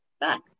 back